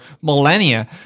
millennia